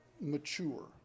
mature